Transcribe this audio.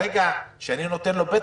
ברגע שאני נותן לו פתח,